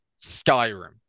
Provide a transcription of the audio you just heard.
Skyrim